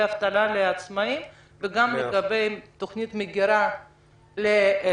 דמי אבטלה לעצמאיים וגם לגבי תוכנית להסבה